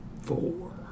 Four